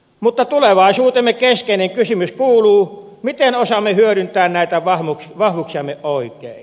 mutta tulevaisuutemme keskeinen kysymys kuuluu miten osaamme hyödyntää näitä vahvuuksiamme oikein